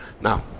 Now